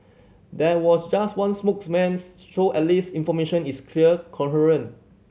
there was just one spokesman so at least information is clear coherent